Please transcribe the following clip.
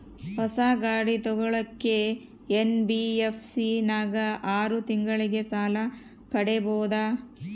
ಹೊಸ ಗಾಡಿ ತೋಗೊಳಕ್ಕೆ ಎನ್.ಬಿ.ಎಫ್.ಸಿ ನಾಗ ಆರು ತಿಂಗಳಿಗೆ ಸಾಲ ಪಡೇಬೋದ?